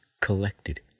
collected